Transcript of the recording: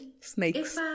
Snakes